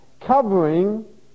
covering